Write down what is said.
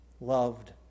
Loved